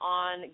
on